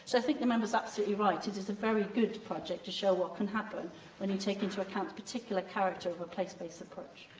so i think the member's absolutely right it is a very good project to show what can happen when you take into account the particular character with a place-based approach.